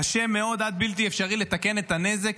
קשה מאוד עד בלתי אפשרי לתקן את הנזק